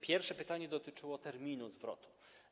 Pierwsze pytanie dotyczyło terminu zwrotu.